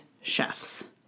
chefs